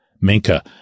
Minka